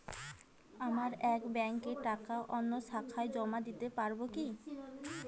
আমার এক ব্যাঙ্কের টাকা অন্য শাখায় জমা দিতে পারব কি?